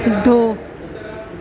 دو